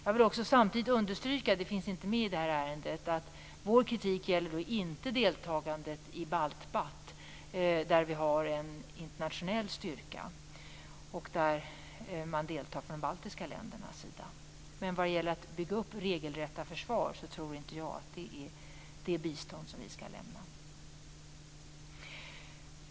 Jag vill särskilt understryka, vilket inte finns med i det här ärendet, att vår kritik inte gäller deltagandet i BALTBAT, som är en internationell styrka med deltagande från de baltiska ländernas sida. Jag menar inte att det bistånd som vi skall lämna skall bestå av att bygga upp regelrätta försvarsmakter.